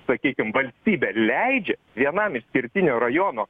sakykim valstybė leidžia vienam išskirtinio rajono